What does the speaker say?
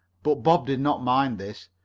but bob did not mind this.